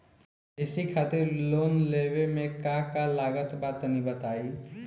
कृषि खातिर लोन लेवे मे का का लागत बा तनि बताईं?